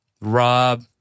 Rob